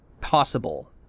possible